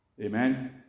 amen